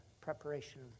preparation